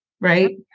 right